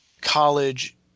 college